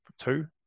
Two